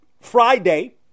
Friday